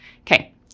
Okay